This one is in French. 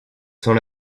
sans